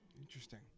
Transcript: Interesting